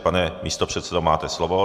Pane místopředsedo, máte slovo.